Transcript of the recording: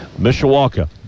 Mishawaka